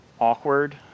awkward